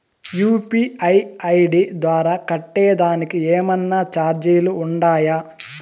UPI ID ద్వారా కట్టేదానికి ఏమన్నా చార్జీలు ఉండాయా?